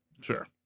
sure